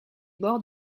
bords